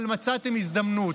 אבל מצאתם הזדמנות.